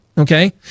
Okay